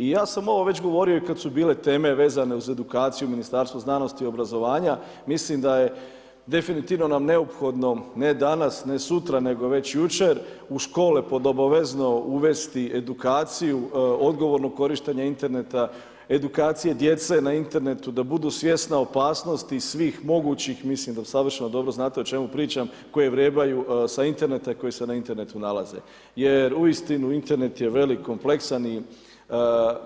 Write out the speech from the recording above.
I ja sam ovo već govorio kad su bili teme vezane uz edukaciju Ministarstva znanosti i obrazovanja, mislim da je definitivno nam neophodno ne danas, ne sutra, nego već jučer u škole pod obavezno uvesti edukaciju odgovornog korištenja interneta, edukaciju djece na internetu, da budu svjesna opasnosti i svih mogućih, mislim da savršeno dobro znate o čemu pričam, koje vrebaju sa interneta i koje se na internetu nalaze jer uistinu, Internet je velik, kompleksan i